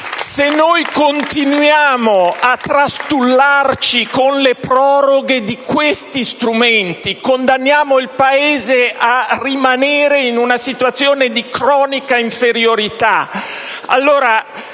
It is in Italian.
Se continuiamo a trastullarci con le proroghe di questi strumenti condanniamo il Paese a rimanere in una situazione di cronica inferiorità!